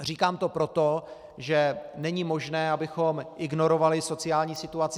Říkám to proto, že není možné, abychom ignorovali sociální situaci seniorů.